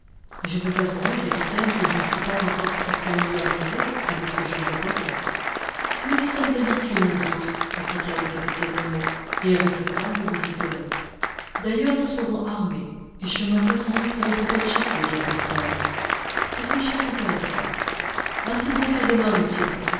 je vous avouerai capitaine que je ne suis pas encore très